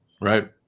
Right